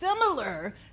similar